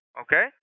Okay